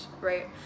right